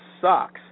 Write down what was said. sucks